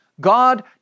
God